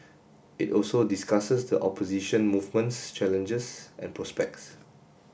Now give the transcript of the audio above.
it also discusses the opposition movement's challenges and prospects